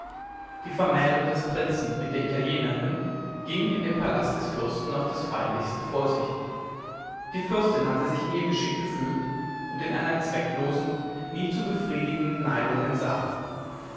die vermählung des prinzen mit der italienerin ging in dem palast des fürsten auf das feierlichste vor sich die fürstin hatte sich m ihr geschick gefügt und einer zwecklosen nie zu befriedigenden neigung entsagt